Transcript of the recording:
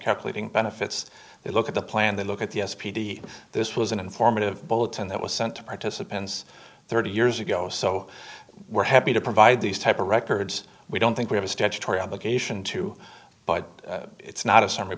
calculating benefits they look at the plan they look at the s p d this was an informative bulletin that was sent to participants thirty years ago so we're happy to provide these type of records we don't think we have a statutory obligation to but it's not a summary